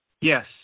Yes